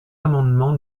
amendement